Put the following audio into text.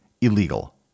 illegal